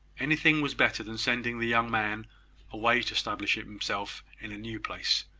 anything was better than sending the young man away to establish himself in a new place,